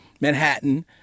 Manhattan